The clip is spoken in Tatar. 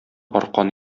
аркан